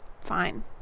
fine